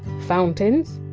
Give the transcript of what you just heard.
fountains?